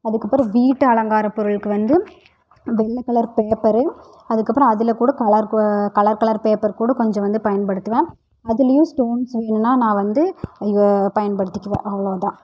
அதுக்கப்புறோம் வீட்டு அலங்கார பொருள்கு வந்து வெள்ளை கலர் பேப்பரு அதுக்கப்புறோம் அதில் கூட கலர் கலர் கலர் பேப்பர் கூட கொஞ்சம் வந்து பயன்படுத்துவேன் அதுலேயும் ஸ்டோன்ஸ் வேணுனா நான் வந்து பயன்படுத்திக்கிவேன் அவ்வளோதான்